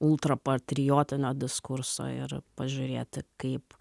ultrapatriotinio diskurso ir pažiūrėti kaip